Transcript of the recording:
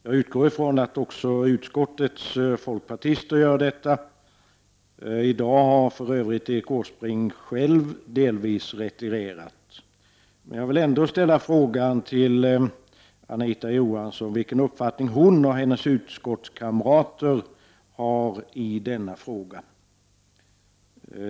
Jag utgår ifrån att också utskottets folkpartister gör detta. I dag har för övrigt Erik Åsbrink själv delvis retirerat. Men jag vill ändå ställa frågan till Anita Johansson vilken upp fattning hon och hennes utskottskamrater har i denna fråga.